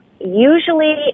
Usually